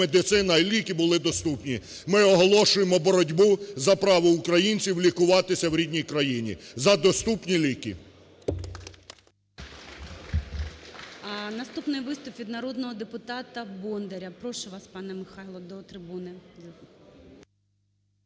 медицині і ліки були доступні. Ми оголошуємо боротьбу за право українців лікуватися в рідній країні за доступні ліки. (Оплески) ГОЛОВУЮЧИЙ. Наступний виступ від народного депутата Бондара. Прошу вас, пане Михайло, до трибуни.